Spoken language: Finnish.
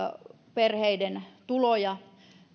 perheiden tuloja